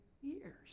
years